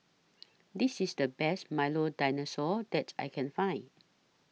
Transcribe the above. This IS The Best Milo Dinosaur that I Can Find